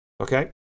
Okay